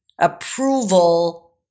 approval